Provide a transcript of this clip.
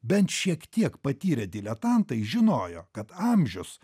bent šiek tiek patyrę diletantai žinojo kad amžius